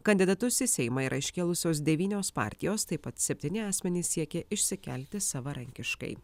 kandidatus į seimą yra iškėlusios devynios partijos taip pat septyni asmenys siekia išsikelti savarankiškai